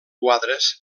quadres